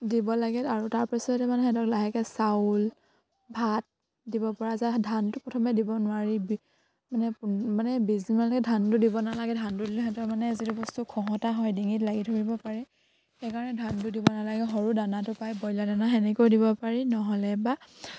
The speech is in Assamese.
দিব লাগে আৰু তাৰপিছতে মানে সিহঁতক লাহেকে চাউল ভাত দিব পৰা যায় ধানটো প্ৰথমে দিব নোৱাৰি মানে মানে বিছ দিনলৈকে ধানটো দিব নালাগে ধানটো দিলে সিহঁতৰ মানে যদি বস্তু খহতা হয় ডিঙিত লাগি ধৰিব পাৰে সেইকাৰণে ধানটো দিব নালাগে সৰু দানাটো পায় ব্ৰইলাৰ দানা সেনেকৈ দিব পাৰি নহ'লে বা